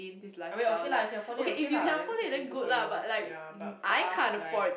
I mean okay lah can afford it okay lah then then good for you ya but for us like